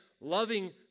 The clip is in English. loving